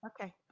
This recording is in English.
Okay